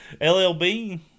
llb